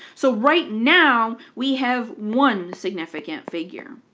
so right now we have one significant figure,